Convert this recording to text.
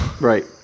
Right